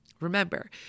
Remember